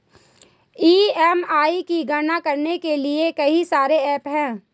EMI की गणना करने के लिए कई सारे एप्प हैं